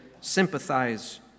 sympathize